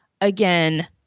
again